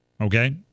okay